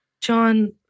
John